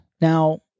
Now